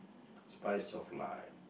spice of life